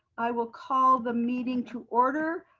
i will call the meeting to order.